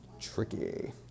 Tricky